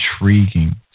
intriguing